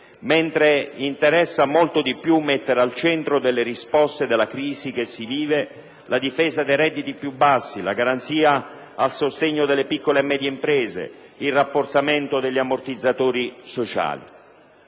banche; interessa molto di più mettere al centro delle risposte alla crisi la difesa dei redditi più bassi, la garanzia al sostegno delle piccolo e medie imprese, il rafforzamento degli ammortizzatori sociali.